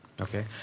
Okay